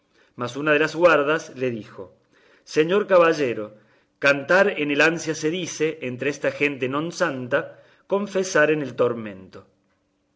mas una de las guardas le dijo señor caballero cantar en el ansia se dice entre esta gente non santa confesar en el tormento